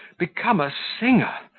become a singer?